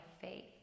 faith